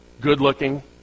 good-looking